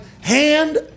hand